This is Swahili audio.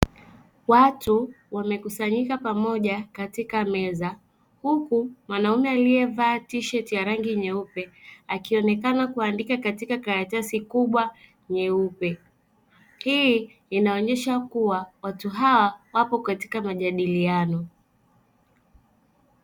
Watu wamekusanyika pamoja katika meza huku mwanaume aliyevaa tisheti ya rangi nyeupe akionekana kuandika katika karatasi kubwa nyeupe, hii inaonesha kua watu hawa wapo katika majadiliano.